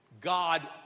God